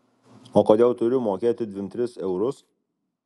o kodėl turiu mokėti dvim tris eurus